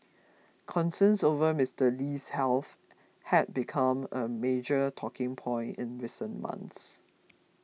concerns over Mister Lee's health had become a major talking point in recent months